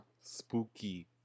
spooky